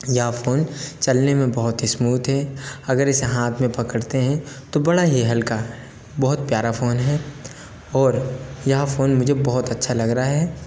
यह फ़ोन चलने में बहुत ही स्मूथ है अगर इसे हाथ में पकड़ते हैं तो बड़ा ही हल्का बहुत प्यारा फ़ोन है और यह फ़ोन मुझे बहुत अच्छा लग रहा है